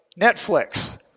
Netflix